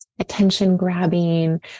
attention-grabbing